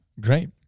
Great